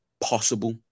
possible